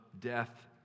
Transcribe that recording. death